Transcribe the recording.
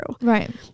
Right